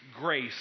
grace